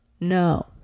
no